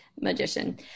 magician